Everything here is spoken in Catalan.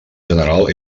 general